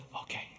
okay